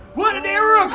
what an error um